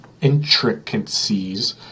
intricacies